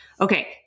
Okay